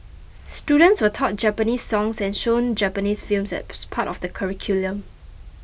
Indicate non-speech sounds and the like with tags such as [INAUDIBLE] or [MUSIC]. students were taught Japanese songs and shown Japanese films as [NOISE] part of the curriculum